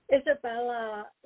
Isabella